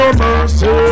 mercy